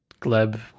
Gleb